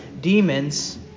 demons